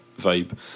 vibe